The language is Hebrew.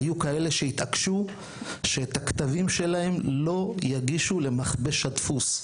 היו כאלה שהתעקשו שאת הכתבים שלהם לא יגישו למכבש הדפוס,